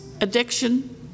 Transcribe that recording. addiction